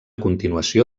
continuació